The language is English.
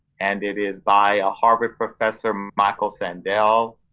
and it is by a harvard professor, michael sandel.